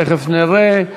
תכף נראה.